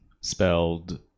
Spelled